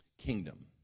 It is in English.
kingdom